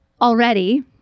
already